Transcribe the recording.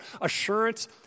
Assurance